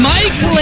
Mike